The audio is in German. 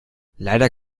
leider